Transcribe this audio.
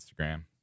Instagram